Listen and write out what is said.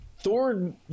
Thor